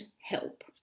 help